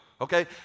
Okay